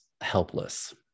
helpless